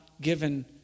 given